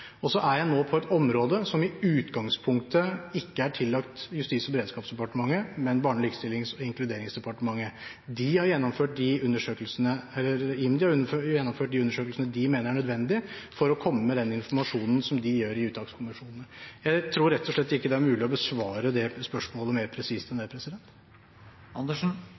kommune. Så er jeg nå på et område som i utgangspunktet ikke er tillagt Justis- og beredskapsdepartementet, men Barne-, likestillings- og inkluderingsdepartementet. IMDi har gjennomført de undersøkelsene de mener er nødvendig for å komme med den informasjonen som de gjør i uttakskommisjonen. Jeg tror rett og slett ikke det er mulig å besvare det spørsmålet mer presist enn det.